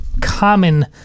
common